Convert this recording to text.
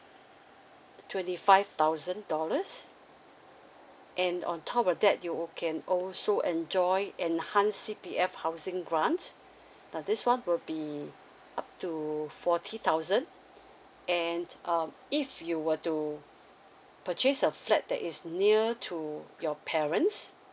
twenty five thousand dollars and on top of that you can also enjoy enhance C_P_F housing grants now this one will be up two forty thousand and um if you were to purchase a flat that is near to your parents